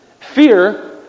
Fear